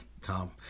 tom